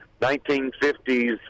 1950s